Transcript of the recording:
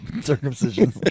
circumcision